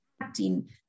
acting